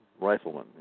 rifleman